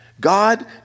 God